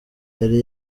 yari